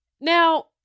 Now